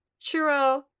churro